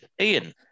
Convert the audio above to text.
Ian